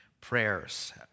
prayers